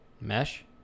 Mesh